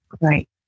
Right